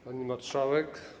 Pani Marszałek!